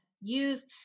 use